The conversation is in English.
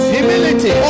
Humility